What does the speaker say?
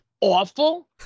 awful